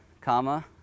comma